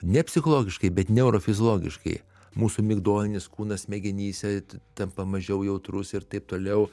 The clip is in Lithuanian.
ne psichologiškai bet neurofiziologiškai mūsų migdolinis kūnas smegenyse tampa mažiau jautrus ir taip toliau